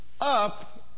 up